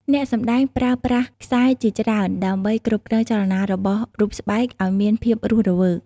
អ្នកសម្ដែងប្រើប្រាស់ខ្សែជាច្រើនដើម្បីគ្រប់គ្រងចលនារបស់រូបស្បែកឱ្យមានភាពរស់រវើក។